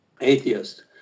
atheist